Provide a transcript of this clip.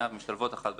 ומשתלבות אחת בשנייה.